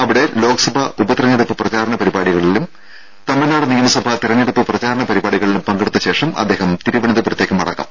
അവിടെ ലോക്സഭാ ഉപതെരഞ്ഞെടുപ്പ് പ്രചാരണ പരിപാടി കളിലും തമിഴ്നാട് നിയമസഭാ തെരഞ്ഞെടുപ്പ് പ്രചാരണ പരിപാടികളി ലും പങ്കെടുത്ത ശേഷം അദ്ദേഹം തിരുവനന്തപുരത്തേക്ക് മടങ്ങും